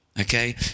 okay